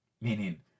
Meaning